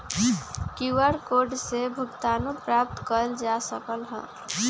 QR code से भुगतानो प्राप्त कएल जा सकल ह